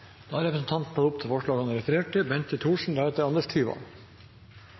Da har representanten Bård Vegar Solhjell tatt opp de forslagene han refererte til.